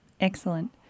Excellent